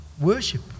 Worship